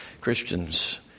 Christians